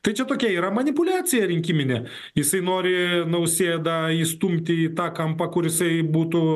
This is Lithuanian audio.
tai čia tokia yra manipuliacija rinkiminė jisai nori nausėdą įstumti į tą kampą kur jisai būtų